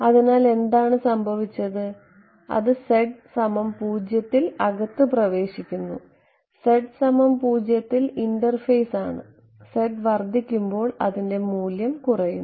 അതിനാൽ എന്താണ് സംഭവിച്ചത് അത് z 0 ൽ അകത്ത് പ്രവേശിക്കുന്നു z 0 ൽ ഇന്റർഫേസ് ആണ് z വർദ്ധിക്കുമ്പോൾ അതിന്റെ മൂല്യം കുറയുന്നു